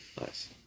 Nice